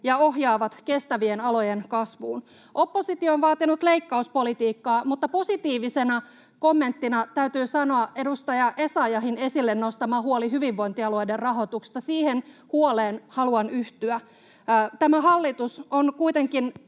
ja ohjaavat kestävien alojen kasvuun. Oppositio on vaatinut leikkauspolitiikkaa, mutta positiivisesti täytyy kommentoida edustaja Essayahin esille nostamaa huolta hyvinvointialueiden rahoituksesta, siihen huoleen haluan yhtyä. Tämä hallitus on kuitenkin